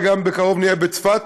ובקרוב נהיה בצפת.